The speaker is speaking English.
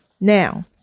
Now